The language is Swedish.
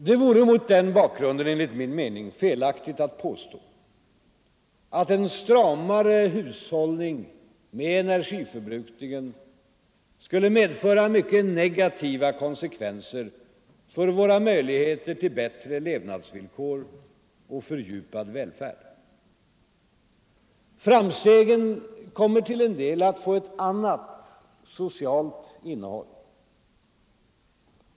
Det vore mot den bakgrunden enligt min mening felaktigt att påstå, att en stramare hushållning med energiförbrukningen skulle medföra mycket negativa konsekvenser för våra möjligheter till bättre levnadsvillkor och fördjupad välfärd. Framstegen kommer att till en del få ett annat socialt innehåll.